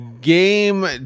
Game